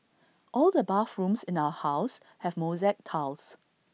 all the bathrooms in our house have mosaic tiles